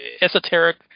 esoteric